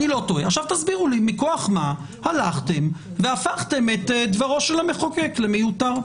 תסבירו לי מכוח מה הלכתם והפכתם את דברו של המחוקק למיותר.